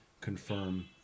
confirm